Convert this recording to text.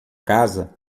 casa